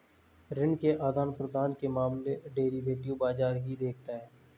ऋण के आदान प्रदान के मामले डेरिवेटिव बाजार ही देखता है